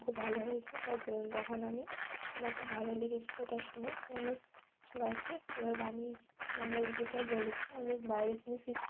খুব ভালো হয়েছে তাই তখন আমি আমার খুব ভালো লেগেছিলো এটা শুনে তাই আমি সবাইকে কীভাবে বানিয়েছি এই রেসিপিটা বলেছি আমি বাইরের জিনিস কিছু